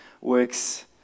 works